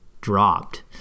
dropped